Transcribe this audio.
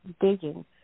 digging